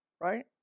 right